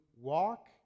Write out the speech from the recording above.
walk